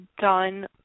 done